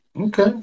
Okay